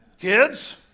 Kids